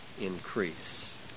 increase